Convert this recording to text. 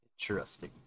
Interesting